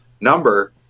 number